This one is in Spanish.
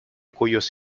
cuyos